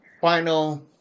Final